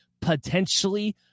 potentially